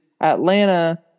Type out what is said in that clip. Atlanta